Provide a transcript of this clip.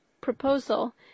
proposal